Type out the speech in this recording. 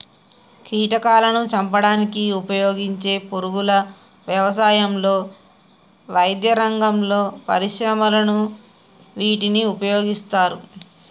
కీటకాలాను చంపడానికి ఉపయోగించే పురుగుల వ్యవసాయంలో, వైద్యరంగంలో, పరిశ్రమలలో వీటిని ఉపయోగిస్తారు